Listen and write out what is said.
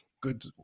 good